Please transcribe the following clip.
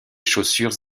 chaussures